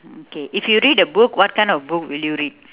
mm okay if you read a book what kind of book will you read